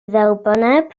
dderbynneb